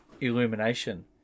Illumination